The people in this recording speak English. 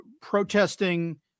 protesting